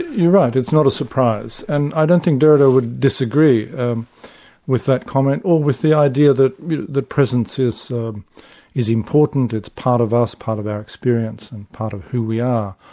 you're right, it's not a surprise, and i don't think derrida would disagree with that comment or with the idea that the presence is is important, it's part of us, part of our experience and part of who we are.